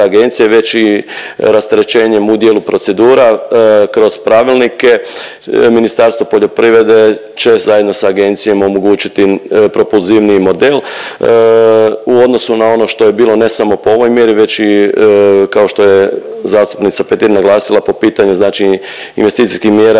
agencije već i rasterećenjem u dijelu procedura kroz pravilnike. Ministarstvo poljoprivrede će zajedno s agencijom omogućiti propulzivniji model u odnosu na ono što je bilo ne samo po ovoj mjeri već i kao što je zastupnica Petir naglasila po pitanju znači investicijskih mjera